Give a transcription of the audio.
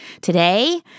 Today